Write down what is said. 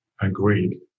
Agreed